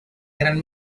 gran